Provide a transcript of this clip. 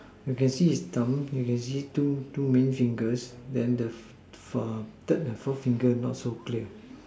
you can see his thumb you can see two two main fingers then the far third ah then the fourth finger not so clear